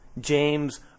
James